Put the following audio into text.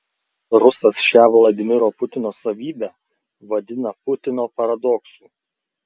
rusas šią vladimiro putino savybę vadina putino paradoksu